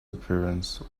appearance